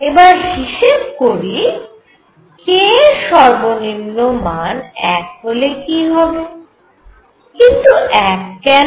এবার হিসেব করি k এর সর্বনিম্ন মান 1 হলে কি হবে কিন্তু 1 কেন